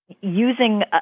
Using